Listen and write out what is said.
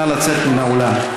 נא לצאת מן האולם.